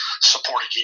supported